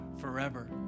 forever